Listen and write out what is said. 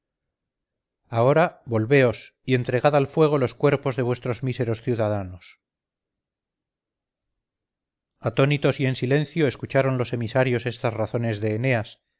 ahora volveos y entregad al fuego los cuerpos de vuestros míseros ciudadanos atónitos y en silencio escucharon los emisarios estas razones de eneas